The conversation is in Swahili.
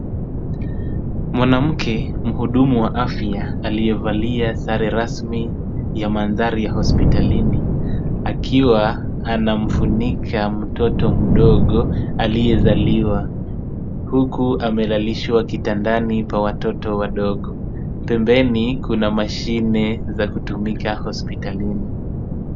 Mwanamke mhudumu wa afya aliyevalia sare rasmi ya mandhari ya hospitalini, akiwa anamfunika mtoto mdogo aliyezaliwa, huku amelalishwa kitandani pa watoto wadogo. Pembeni kuna mashine za kutumika hospitalini.